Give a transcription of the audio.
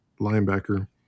linebacker